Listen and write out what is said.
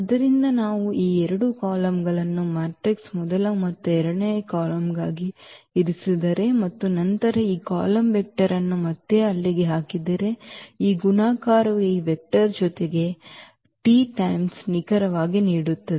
ಆದ್ದರಿಂದ ನಾವು ಈ ಎರಡು ಕಾಲಮ್ಗಳನ್ನು ಮ್ಯಾಟ್ರಿಕ್ಸ್ನ ಮೊದಲ ಮತ್ತು ಎರಡನೇ ಕಾಲಮ್ಗಳಾಗಿ ಇರಿಸಿದರೆ ಮತ್ತು ನಂತರ ಈ ಕಾಲಮ್ ವೆಕ್ಟರ್ ಅನ್ನು ಮತ್ತೆ ಅಲ್ಲಿಗೆ ಹಾಕಿದರೆ ಈ ಗುಣಾಕಾರವು ಈ ವೆಕ್ಟರ್ ಜೊತೆಗೆ ಈ ವೆಕ್ಟರ್ ಜೊತೆಗೆ t ಪಟ್ಟು ನಿಖರವಾಗಿ ನೀಡುತ್ತದೆ